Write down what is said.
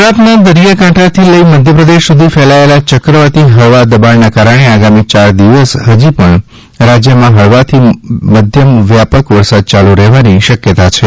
ગુપ્ત રાતના દરિયાકાંઠાથી લઈ મધ્યપ્રદેશ સુધી ફેલાયેલા ચક્રવાતી હળવા દબાણના કારણે આગામી યાર દિવસ હજી પણ રાજ્યમાં હળવાથી મધ્યમ વ્યાપક વરસાદ ચાલુ રહેવાની શક્યતા છે